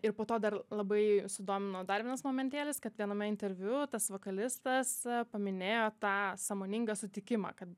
ir po to dar labai sudomino dar vienas momentėlis kad viename interviu tas vokalistas paminėjo tą sąmoningą sutikimą kad